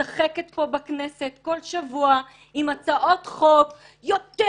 משחקת פה בכנסת כל שבוע עם הצעות חוק יותר